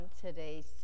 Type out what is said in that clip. today's